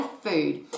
food